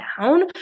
down